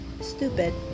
stupid